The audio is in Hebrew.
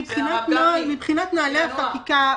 מבחינת נהלי החקיקה,